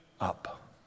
up